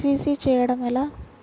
CC చేయడము ఎలా?